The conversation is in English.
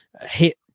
hit